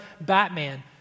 Batman